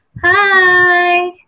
Hi